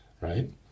Right